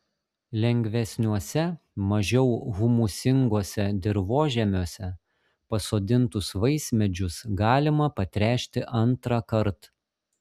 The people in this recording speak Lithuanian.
lengvesniuose mažiau humusinguose dirvožemiuose pasodintus vaismedžius galima patręšti antrąkart